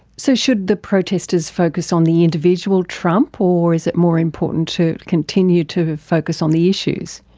so should the protesters focus on the individual trump or is it more important to continue to focus on the issues?